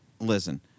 listen